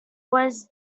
was